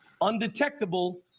Undetectable